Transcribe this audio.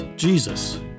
Jesus